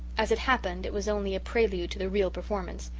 as it happened, it was only a prelude to the real performance.